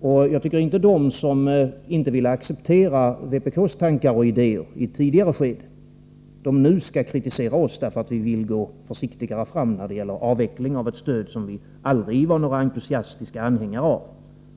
De som i ett tidigare skede inte ville acceptera vpk:s tankar och idéer skall inte nu kritisera oss för att vi vill gå försiktigare fram när det gäller avvecklingen av ett stöd som vi aldrig har varit några entusiastiska anhängare av